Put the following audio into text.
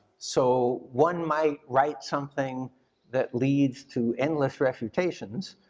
so one might write something that leads to endless refutations.